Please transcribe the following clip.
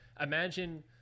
imagine